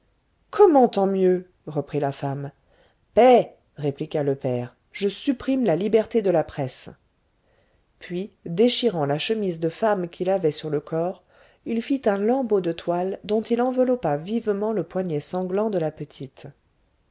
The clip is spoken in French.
comment tant mieux reprit la femme paix répliqua le père je supprime la liberté de la presse puis déchirant la chemise de femme qu'il avait sur le corps il fit un lambeau de toile dont il enveloppa vivement le poignet sanglant de la petite